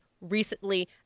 recently